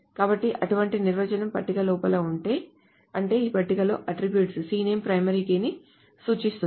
కాబట్టి అటువంటి నిర్వచనం పట్టిక లోపల ఉంటే అంటే ఈ పట్టికలోని అట్ట్రిబ్యూట్ cname ప్రైమరీ కీని సూచిస్తుంది